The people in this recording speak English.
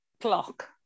Clock